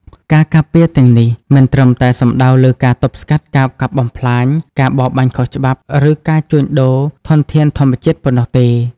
ការការពារទាំងនេះ មិនត្រឹមតែសំដៅលើការទប់ស្កាត់ការកាប់បំផ្លាញ ការបរបាញ់ខុសច្បាប់ ឬការជួញដូរធនធានធម្មជាតិប៉ុណ្ណោះទេ។